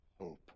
hope